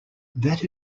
that